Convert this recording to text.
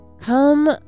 come